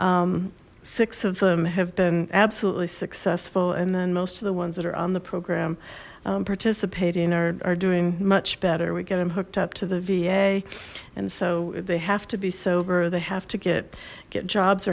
six of them have been absolutely successful and then most of the ones that are on the program participating are doing much better we get them hooked up to the va and so they have to be sober they have to get get jobs